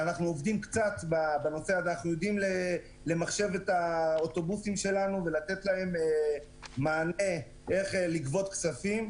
אנחנו יודעים למחשב את האוטובוסים שלנו ולתת להם מענה איך לגבות כספים.